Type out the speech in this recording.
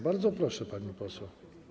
Bardzo proszę, pani poseł.